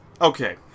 Okay